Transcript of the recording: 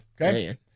okay